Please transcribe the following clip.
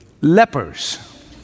Lepers